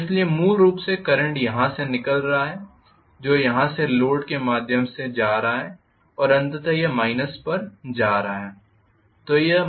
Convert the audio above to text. इसलिए मूल रूप से करंट यहाँ से निकल रहा है जो यहाँ से लोड के माध्यम से जा रहा है और अंततः यह माइनस पर जा रहा है